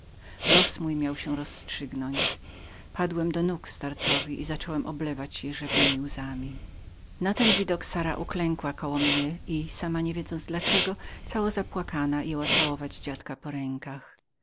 los mój miał się rozstrzygnąć padłem do nóg starcowi i zacząłem oblewać rzewnemi łzami na ten widok sara uklękła koło mnie i sama nie wiedząc dla czego cała zapłakana jęła całować dziadka po rękach